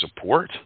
support